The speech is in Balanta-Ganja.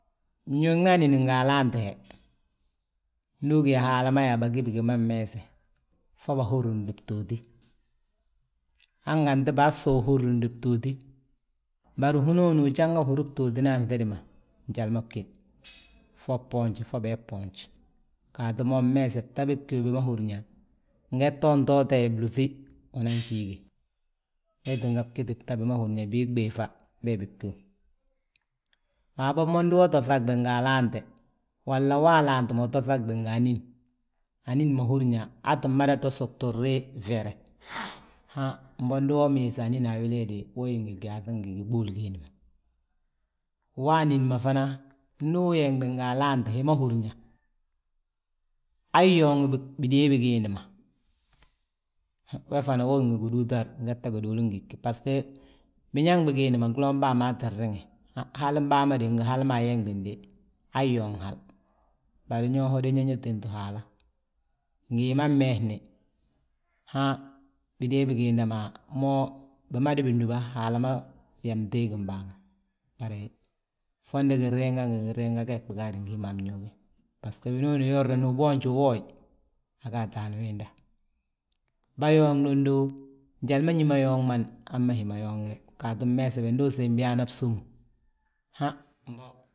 Bñuugna anín nga alaante, ndu ugí yaa Haala ma yaa ndi bagí bigi ma mmeese. Fo bahúrindi btooti, hanganti basów húrindi btooti, bari hinooni ujanga húri btootina anŧidi ma njali ma bgín; Fo boonju, fo bii bboonj, gaatu mo mmeese bta bi bgíw, bi ma húrin yaa, ngette untoote blúŧi, unan jiige, wee tinga bigiti bta bi ma húrin yaa, bii ɓéeŧa, bee bi bgíw. Waabo ndi wo to ŧagde nga alaante, walla wa alaante uto ŧagde nga anín, anín ma húrin yaa aa tti mada to sugturni fyere. Han mbo ndi we meesi anín a wili he de wo gí ngi gyaaŧ ngi giɓuul giindi ma. Wa anín ma fana, ndu uyeeŋde nga alaante hi ma húrin yaa yooŋ bidée bigiindi ma. We we fana we gí ngi gidútar ngette giduulu gi gi. Bbasgo biñaŋ bigiindi ma golm bàa maa ttin riŋe, halin bâa ma de ngi hali ma yeeŋdini de ayooŋ hal; Bari ño ho de ño tentu Haala, ngi hi ma mmeesni han bidée bigiinda mo, bimadi bindúba Haala ma yaa bteegim bàa ma. Bari fondi ginriinga, ngi ginriinga, gee bigaadi ngi hí ma a bñuugi. Basgo winooni yorni uboonje, uwooye, aga ataan wiinda. Bâyooŋdundu, njali ma ñí ma yooŋman hamma hi ma yooŋni gaatu mmeese be ndu usiim biyaana bsúmu, han mbo.